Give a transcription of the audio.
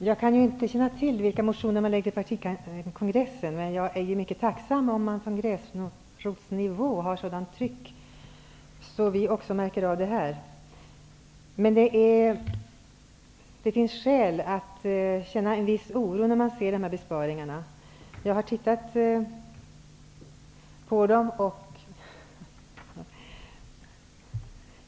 Herr talman! Jag kan inte känna till vilka motioner man lägger fram på den socialdemokratiska partikongressen, men jag är mycket tacksam om man från gräsrotsnivå har ett sådant tryck att också vi märker av det här. Men det finns skäl att känna en viss oro när man ser dessa besparingar. Jag har tittat på dem.